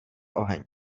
oheň